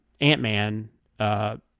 Ant-Man